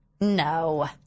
No